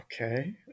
Okay